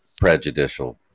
prejudicial